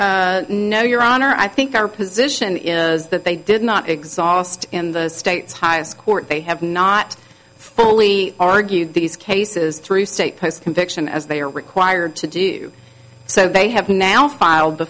invalid no your honor i think our position is that they did not exhaust in the state's highest court they have not fully argued these cases through state post conviction as they are required to do so they have now filed